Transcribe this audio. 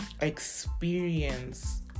experience